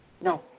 No